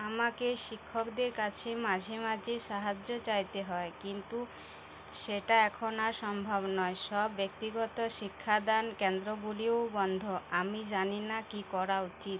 আমাকে শিক্ষকদের কাছেও মাঝে মাঝেই সাহায্য চাইতে হয় কিন্তু সেটা এখন আর সম্ভব নয় সব ব্যক্তিগত শিক্ষাদান কেন্দ্রগুলিও বন্ধ আমি জানি না কী করা উচিত